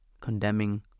condemning